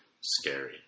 scary